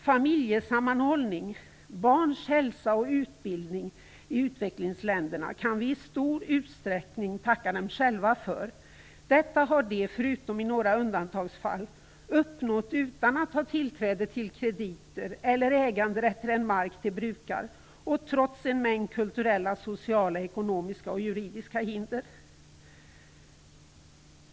Familjesammanhållning samt barns hälsa och utbildning i utvecklingsländerna kan vi i stor utsträckning tacka dem själva för. Detta har de, förutom i några undantagsfall, uppnått utan att ha tillträde till krediter eller äganderätt till den mark som de brukar och trots en mängd kulturella, sociala, ekonomiska och juridiska hinder.